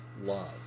love